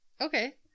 Okay